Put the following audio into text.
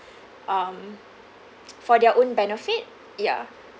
um for their own benefit ya